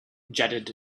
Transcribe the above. jetted